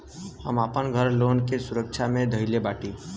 हम आपन घर लोन के सुरक्षा मे धईले बाटी